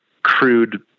crude